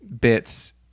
bits